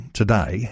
today